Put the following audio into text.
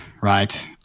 right